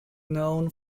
known